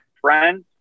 friends